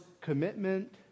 commitment